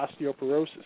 osteoporosis